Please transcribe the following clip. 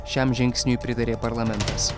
šiam žingsniui pritarė parlamentas